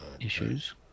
issues